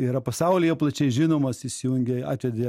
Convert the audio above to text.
yra pasaulyje plačiai žinomas įsijungė atvedė